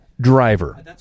driver